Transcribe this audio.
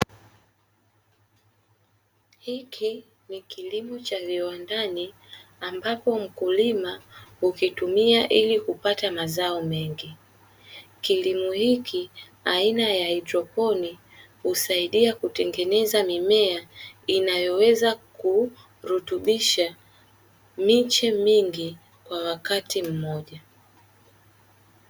Hiki ni kilimo cha viwandani, ambapo mkulima hukitumia ili kupata mazao mengi. Kilimo hiki aina ya haidroponi, husaidia kutengeneza mimea inayoweza kurutubisha miche mingi kwa wakati mmoja.